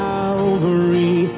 Calvary